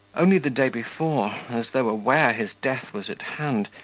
only the day before, as though aware his death was at hand,